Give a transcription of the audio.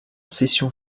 cessions